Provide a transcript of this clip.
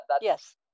Yes